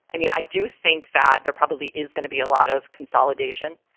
i mean, i do think that there probably is going to be a lot of consolidation,